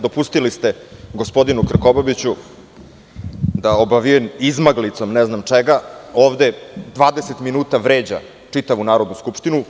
Dopustili ste gospodinu Krkobabiću da, obavijen izmaglicom ne znam čega, ovde 20 minuta vređa čitavu Narodnu skupštinu.